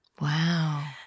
Wow